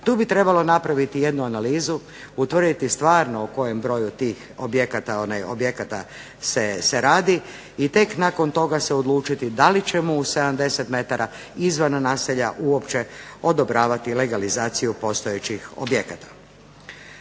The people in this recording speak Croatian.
Tu bi trebalo napraviti jednu analizu, utvrditi stvarno o kojem brojem tih objekata se radi i tek nakon toga se odlučiti da li ćemo u 70 metara izvan naselja uopće odobravati legalizaciju postojećih objekata.